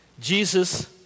Jesus